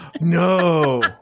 No